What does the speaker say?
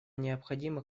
необходимо